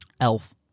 Elf